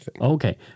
Okay